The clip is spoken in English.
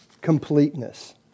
completeness